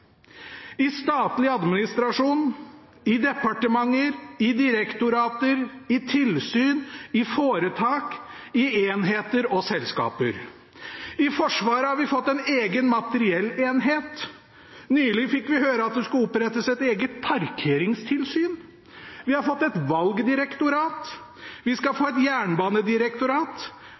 i statlig administrasjon, i departementer, i direktorater, i tilsyn, i foretak, i enheter og i selskaper. I Forsvaret har vi fått en egen materiellenhet. Nylig fikk vi høre at det skulle opprettes et eget parkeringstilsyn. Vi har fått et valgdirektorat. Vi skal få et jernbanedirektorat.